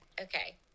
Okay